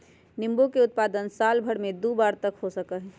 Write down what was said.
नींबू के उत्पादन साल भर में दु बार तक हो सका हई